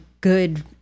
good